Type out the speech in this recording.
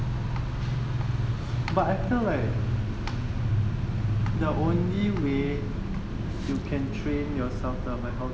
but actually you can train news